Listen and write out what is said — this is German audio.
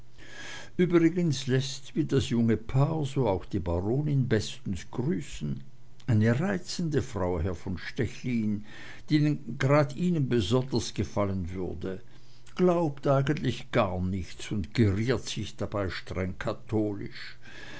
übrigens läßt wie das junge paar so auch die baronin bestens grüßen eine reizende frau herr von stechlin die grad ihnen ganz besonders gefallen würde glaubt eigentlich gar nichts und geriert sich dabei streng katholisch